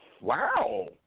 Wow